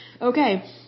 Okay